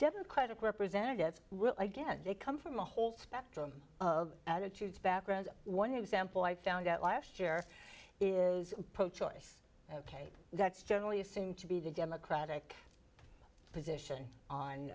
democratic representatives again they come from a whole spectrum of attitudes backgrounds one example i found out last year is pro choice ok that's generally assumed to be the democratic position on